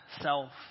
self